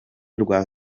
rwa